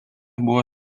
buvo